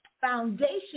foundation